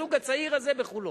הזוג הצעיר הזה בחולון.